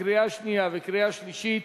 קריאה שנייה וקריאה שלישית.